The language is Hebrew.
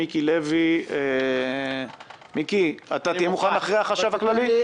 מיקי, אתה תהיה מוכן אחרי החשב הכללי?